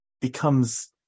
becomes